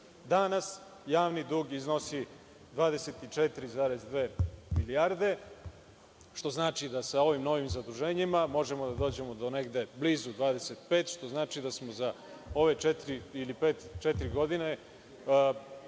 BDP.Danas, javni dug iznosi 24,2 milijarde, što znači da sa ovim novim zaduženjima možemo da dođemo do blizu 25, što znači da smo za ove četiri godine